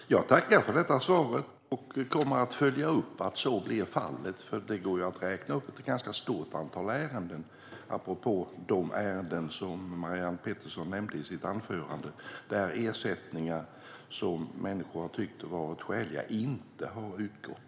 Herr talman! Jag tackar för detta svar och kommer att följa upp att så blir fallet, för det går ju att räkna upp ett ganska stort antal ärenden, apropå de ärenden som Marianne Pettersson nämnde i sitt anförande, där ersättningar som människor har tyckt varit skäliga inte har utgått.